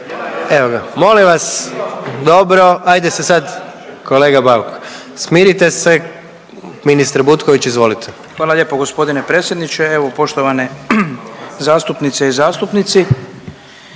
Evo ga. Molim vas! Dobro. hajde se sad, kolega Bauk smirite se. Ministre Butković, izvolite. **Butković, Oleg (HDZ)** Hvala lijepo gospodine predsjedniče, evo poštovane zastupnice i zastupnici.